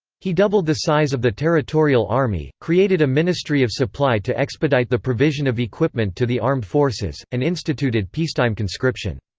he doubled the size of the territorial army, created a ministry of supply to expedite the provision of equipment to the armed forces, and instituted peacetime conscription.